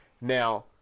Now